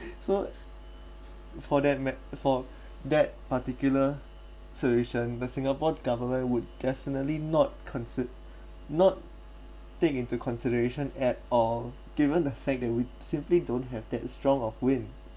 so for that matt~ for that particular solution the singapore government would definitely not consi~ not take into consideration at all given the fact that we simply don't have that strong of wind